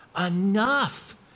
enough